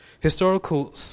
Historical